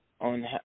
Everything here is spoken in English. on